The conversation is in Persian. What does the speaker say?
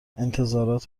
انتظارات